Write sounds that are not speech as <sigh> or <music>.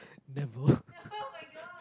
never <breath>